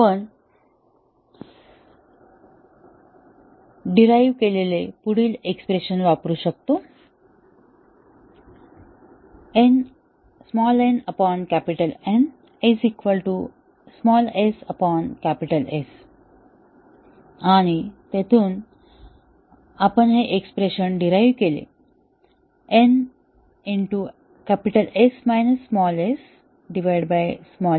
आपण डेरहाईव्ह केलेले पुढील एक्स्प्रेशन वापरू शकतो nN sS आणि तिथून आणि आपण हे एक्स्प्रेशन डेरहाईव्ह केले n S - s s